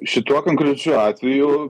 šituo konkrečiu atveju